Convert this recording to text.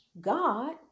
God